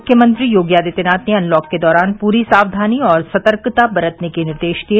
मुख्यमंत्री योगी आदित्यनाथ ने अनलॉक के दौरान पूरी सावधानी और सतर्कता बरतने के निर्देश दिए